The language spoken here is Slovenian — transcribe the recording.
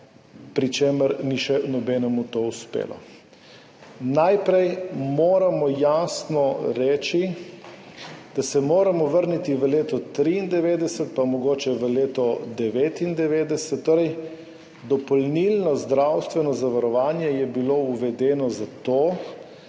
česar ni uspelo še nobenemu. Najprej moramo jasno reči, da se moramo vrniti v leto 1993, pa mogoče v leto 1999. Torej, dopolnilno zdravstveno zavarovanje je bilo uvedeno zato,